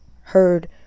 heard